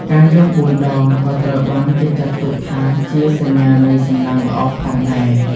ការយំ បួនដង ក៏ត្រូវបានគេចាត់ទុកថាជាសញ្ញានៃសំណាងល្អផងដែរ។